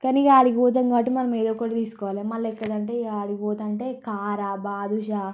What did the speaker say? కానీ ఇక ఆడికి పోతాము కాబట్టి మనం ఏదోకటి తీసుకోవాలి మళ్ళీ ఎక్కడ అంటే ఆడికి పోతా అంటే కారా బాదుషా